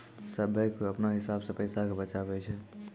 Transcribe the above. सभ्भे कोय अपनो हिसाब से पैसा के बचाबै छै